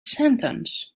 sentence